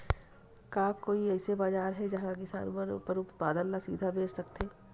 का कोई अइसे बाजार हे जिहां किसान मन अपन उत्पादन ला सीधा बेच सकथे?